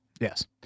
Yes